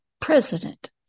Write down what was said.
President